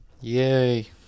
Yay